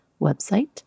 website